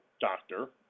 doctor